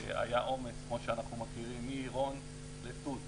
והיה עומס כמו שאנחנו מכירים מעירון לתות,